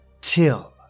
till